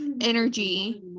energy